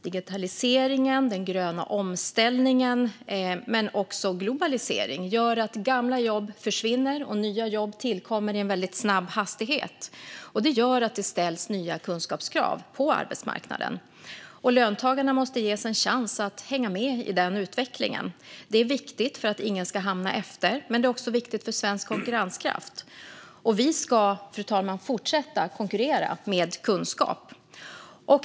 Digitaliseringen och den gröna omställningen men också globaliseringen gör att gamla jobb försvinner och nya jobb tillkommer i en väldigt hög hastighet. Det gör att det ställs nya kunskapskrav på arbetsmarknaden. Löntagarna måste ges en chans att hänga med i den utvecklingen. Det är viktigt för att ingen ska hamna efter, men det är också viktigt för svensk konkurrenskraft. Vi ska, fru talman, fortsätta att konkurrera med kunskap.